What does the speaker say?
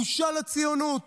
בושה לציונות.